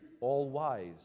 all-wise